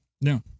No